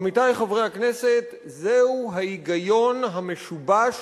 עמיתי חברי הכנסת, זהו ההיגיון המשובש